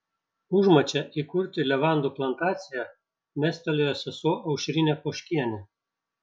užmačią įkurti levandų plantaciją mestelėjo sesuo aušrinė poškienė